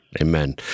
Amen